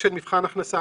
של מבחן ההכנסה.